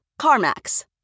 CarMax